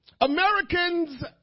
Americans